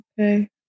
Okay